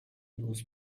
knows